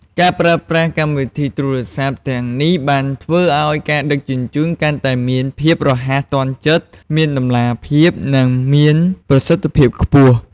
ការប្រើប្រាស់កម្មវិធីទូរស័ព្ទទាំងនេះបានធ្វើឱ្យការដឹកជញ្ជូនកាន់តែមានភាពរហ័សទាន់ចិត្ត មានតម្លាភាព និងមានប្រសិទ្ធភាពខ្ពស់។